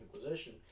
Inquisition